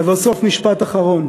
לבסוף, משפט אחרון,